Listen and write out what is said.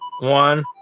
one